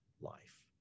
life